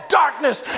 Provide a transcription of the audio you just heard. darkness